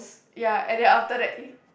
ya and then after that he